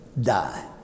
die